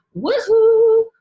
woohoo